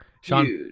Sean